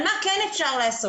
על מה כן אפשר לעשות.